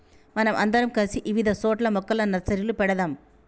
మనం అందరం కలిసి ఇవిధ సోట్ల మొక్కల నర్సరీలు పెడదాము